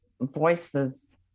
voices